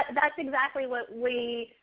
and that's exactly what we,